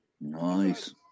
Nice